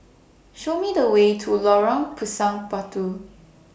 Show Me The Way to Lorong Pisang Batu